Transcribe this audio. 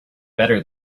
better